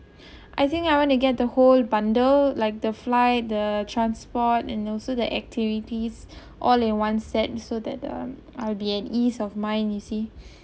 I think I want to get the whole bundle like the flight the transport and also the activities all in one set so that the I'll be an ease of mine you see